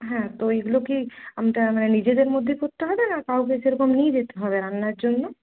হ্যাঁ তো ওইগুলো কি আমরা মানে নিজেদের মধ্যে করতে হবে না কাউকে সেরকম নিয়ে যেতে হবে রান্নার জন্য